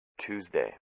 Tuesday